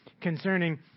concerning